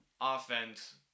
offense